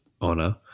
Honor